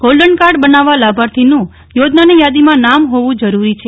golden card બનાવવા લાભાર્થીનું યોજનાની યાદીમાં નામ હોવું જરૂરી છે